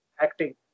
acting